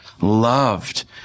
loved